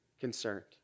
concerned